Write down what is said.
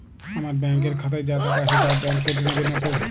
আমার ব্যাঙ্ক এর খাতায় যা টাকা আছে তা বাংক কেটে নেবে নাতো?